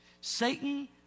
Satan